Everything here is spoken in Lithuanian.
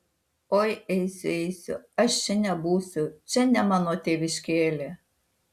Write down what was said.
oi eisiu eisiu aš čia nebūsiu čia ne mano tėviškėlė